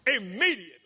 Immediately